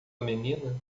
menina